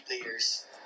players